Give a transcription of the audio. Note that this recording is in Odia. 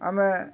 ଆମେ